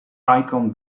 icon